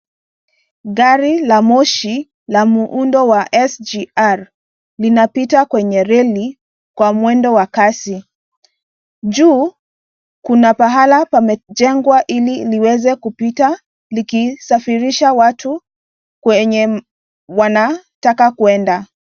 Gari la moshi la muundo wa SGR linapita kwenye reli kwa mwendo wa kasi. Juu kuna pahala pamejengwa ili liweze kupita likisafirisha watu kwenye wanataka kuenda.